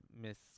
Miss